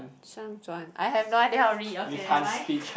Shang-Chuan I have no idea already okay nevermind